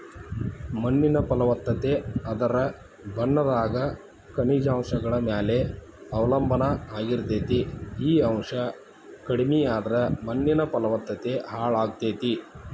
ಮಣ್ಣಿನ ಫಲವತ್ತತೆ ಅದರ ಬಣ್ಣದಾಗ ಖನಿಜಾಂಶಗಳ ಮ್ಯಾಲೆ ಅವಲಂಬನಾ ಆಗಿರ್ತೇತಿ, ಈ ಅಂಶ ಕಡಿಮಿಯಾದ್ರ ಮಣ್ಣಿನ ಫಲವತ್ತತೆ ಹಾಳಾಗ್ತೇತಿ